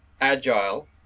Agile